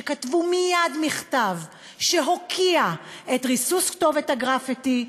שכתבו מייד מכתב שהוקיע את ריסוס כתובת הגרפיטי,